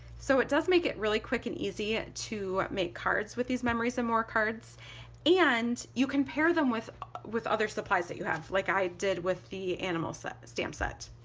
so it does make it really quick and easy to make cards with these memories and more cards and you can pair them with with other supplies that you have like i did with the animal set stamp set.